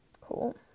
Cool